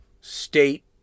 state